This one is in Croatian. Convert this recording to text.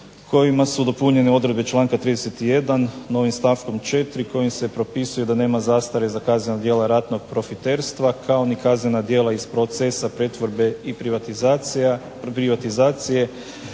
kojima su dopunjene odredbe članka 31. novim stavkom 4. kojim se propisuje da nema zastare za kaznena djela ratnog profiterstva, kao ni kaznena djela iz procesa pretvorbe i privatizacije